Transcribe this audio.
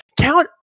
Count